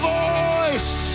voice